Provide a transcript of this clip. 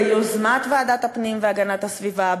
ביוזמת ועדת הפנים והגנת הסביבה,